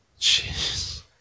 Jeez